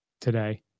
today